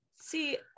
See